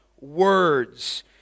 words